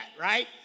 right